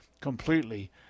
completely